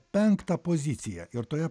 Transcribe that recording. penktą poziciją ir toje